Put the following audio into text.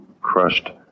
crushed